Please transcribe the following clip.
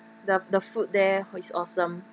the the food there is awesome